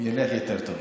יהיה יותר טוב.